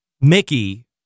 Mickey